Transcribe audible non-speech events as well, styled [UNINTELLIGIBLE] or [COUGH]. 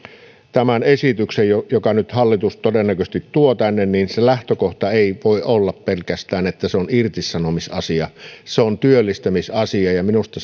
esityksen jonka nyt hallitus todennäköisesti tuo tänne lähtökohta ei voi olla pelkästään se että se on irtisanomisasia se on työllistämisasia ja minusta [UNINTELLIGIBLE]